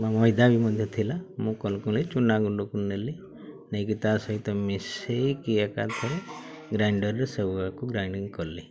ବା ମଇଦା ବି ମଧ୍ୟ ଥିଲା ମୁଁ କ'ଣ କ'ଣ ନେଇ ଚୁନା ଗୁଣ୍ଡକୁ ନେଲି ନେଇକି ତା ସହିତ ମିଶାଇକି ଏକାଥରେ ଗ୍ରାଇଣ୍ଡରରେ ସେବୁଯାକକୁ ଗ୍ରାଇଣ୍ଡିଂ କଲି